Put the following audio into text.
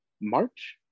March